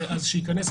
אז שייכנס,